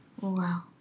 Wow